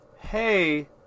hey